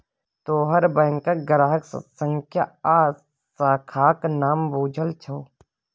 तोहर बैंकक ग्राहक संख्या आ शाखाक नाम बुझल छौ